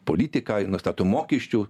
politiką ir nustato mokesčių